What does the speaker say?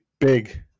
big